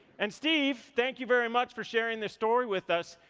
and steve, thank you very much for sharing the story with us.